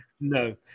No